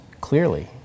clearly